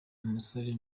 umusore